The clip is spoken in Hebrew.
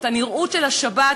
את הנראות של השבת,